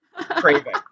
craving